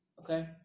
Okay